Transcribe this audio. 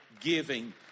giving